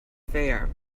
fare